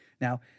Now